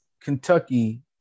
kentucky